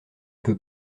peux